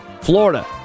Florida